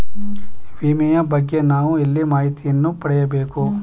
ವಿಮೆಯ ಬಗ್ಗೆ ನಾವು ಎಲ್ಲಿ ಮಾಹಿತಿಯನ್ನು ಪಡೆಯಬೇಕು?